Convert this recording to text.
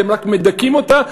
אתם רק מדכאים אותה,